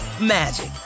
magic